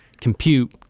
compute